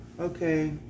okay